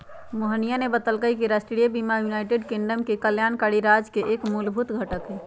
मोहिनीया ने बतल कई कि राष्ट्रीय बीमा यूनाइटेड किंगडम में कल्याणकारी राज्य के एक मूलभूत घटक हई